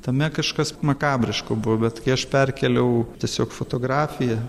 tame kažkas makabriško buvo bet kai aš perkėliau tiesiog fotografiją